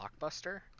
blockbuster